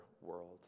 world